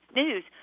news